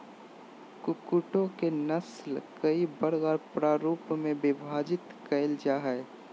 कुक्कुटों के नस्ल कई वर्ग और प्ररूपों में विभाजित कैल जा हइ